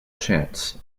chance